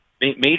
major